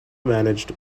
managed